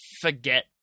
forget